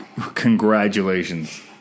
congratulations